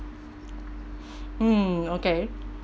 mm okay